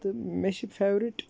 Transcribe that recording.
تہٕ مےٚ چھِ فیورِٹ